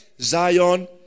zion